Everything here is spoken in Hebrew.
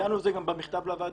אנחנו ציינו את זה גם במכתב לוועדה,